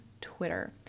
twitter